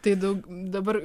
tai daug dabar